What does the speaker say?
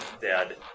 dead